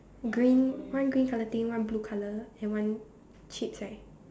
green one green colour thing one blue colour and one cheats right